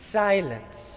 silence